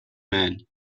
man